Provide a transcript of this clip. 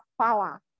power